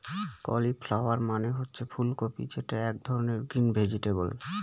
cauliflower মানে হচ্ছে ফুল কপি যেটা এক ধরনের গ্রিন ভেজিটেবল